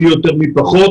מי יותר ומי פחות,